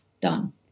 done